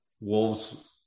Wolves